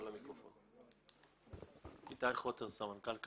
אני סמנכ"ל כלכלה.